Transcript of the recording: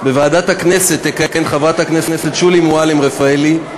בוועדת הכנסת תכהן חברת הכנסת שולי מועלם-רפאלי,